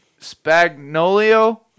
Spagnolio